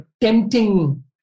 tempting